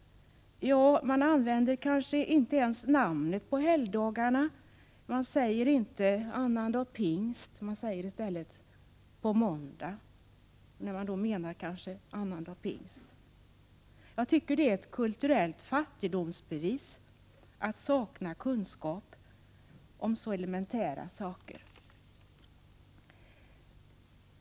Man kanske inte ens använder namnet på helgdagarna. Man säger inte ”Annandag Pingst” — man säger i stället ”på måndag”. Jag tycker att det är ett kulturellt fattigdomsbevis att sakna kunskap om så här elementära saker.